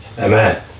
amen